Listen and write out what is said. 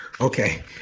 okay